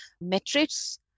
metrics